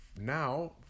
now